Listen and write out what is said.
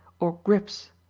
or grips,